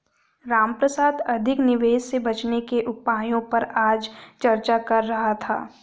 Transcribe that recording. रामप्रसाद अधिक निवेश से बचने के उपायों पर आज चर्चा कर रहा था